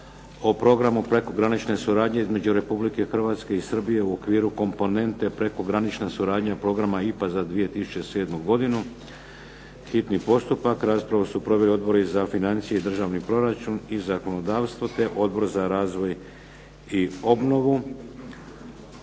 o programu prekogranične suradnje između Republike Hrvatske i Srbije u okviru komponente prekogranična suradnja programa IPA za 2007. godinu, hitni postupak, prvo i drugo čitanje, P.Z. br. 261. Raspravu su proveli Odbori za financije i državni proračun i zakonodavstvo, te Odbor za razvoj i obnovu.